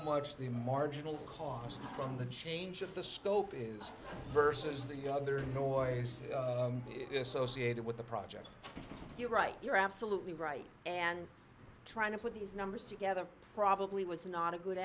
much the marginal cost from the change of the scope is versus the other noise if sociate it with the project you're right you're absolutely right and trying to put these numbers together probably was not a good